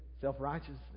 self-righteousness